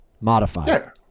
modified